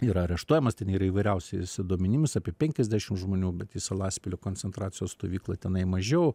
yra areštuojamas ir įvairiausiais duomenims apie penkiasdešim žmonių bet jis salaspilio koncentracijos stovykloj tenai mažiau